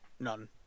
none